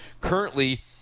currently